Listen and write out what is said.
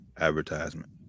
advertisement